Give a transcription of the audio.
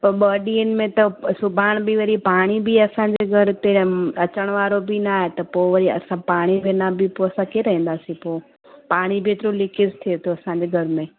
ॿ ॾींहंनि में त सुभाणे बि वरी पाणी बि असांजे घर ते अचणु वारो बि न आहे त पोइ वरी असां पाणी बिना बि पोइ असां कीअं रहंदासीं पो पाणी बि एतिरो लीकेज थिए थो असांजे घर में